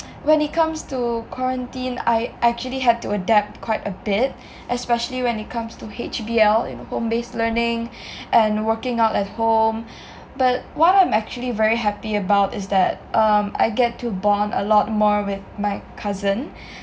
when it comes to quarantine I actually had to adapt quite a bit especially when it comes to H_B_L you know home base learning and working out at home but what I'm actually very happy about is that um I get to bond a lot more with my cousin